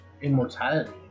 immortality